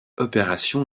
opération